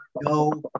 no